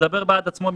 המדבר בעד עצמו.